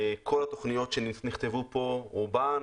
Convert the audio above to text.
כל התוכניות שנכתבו פה רובן,